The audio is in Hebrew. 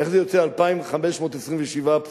איך זה יוצא 2,527 פסוקים,